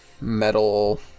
metal